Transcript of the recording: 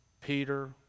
Peter